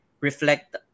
reflect